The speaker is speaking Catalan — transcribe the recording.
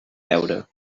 beure